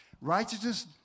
Righteousness